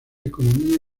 economía